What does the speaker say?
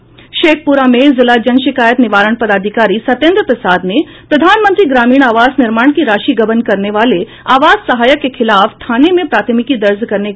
शेखपुरा में जिला जन शिकायत निवारण पदाधिकारी सत्येन्द्र प्रसाद ने प्रधानमंत्री ग्रामीण आवास निर्माण की राशि गबन करने वाले आवास सहायक के खिलाफ थाने में प्राथमिकी दर्ज करने का आदेश दिया है